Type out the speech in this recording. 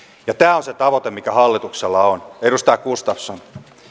tämä on se tavoite mikä hallituksella on edustaja gustafsson